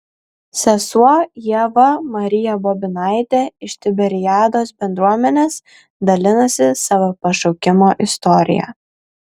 sesuo ieva marija bobinaitė iš tiberiados bendruomenės dalinasi savo pašaukimo istorija